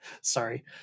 sorry